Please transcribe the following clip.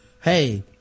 hey